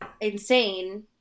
insane